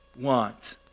want